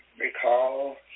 recall